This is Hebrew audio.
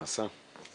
פרנסה.